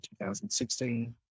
2016